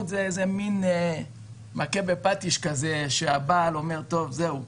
זה מין מכה בפטיש, שהבעל אומר: טוב, זהו,